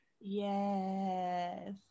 Yes